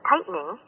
tightening